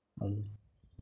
அவ்வளோ